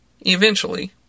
Eventually